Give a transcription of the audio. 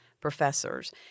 professors